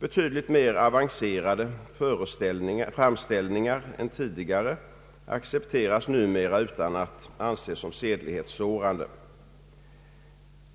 Betydligt mer avancerade framställningar än tidigare accepteras numera utan att anses såsom sedlighetssårande.